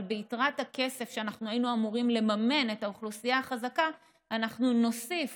אבל ביתרת הכסף שהיינו אמורים לממן את האוכלוסייה החזקה אנחנו נוסיף